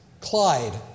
Clyde